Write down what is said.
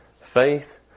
faith